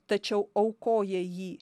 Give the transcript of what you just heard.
tačiau aukoja jį